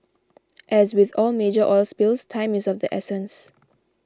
as with all major oil spills time is of the essence